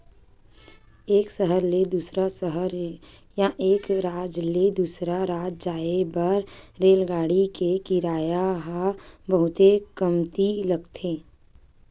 एक सहर ले दूसर सहर या एक राज ले दूसर राज जाए बर रेलगाड़ी के किराया ह बहुते कमती लगथे